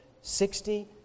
sixty